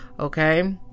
Okay